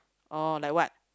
or like what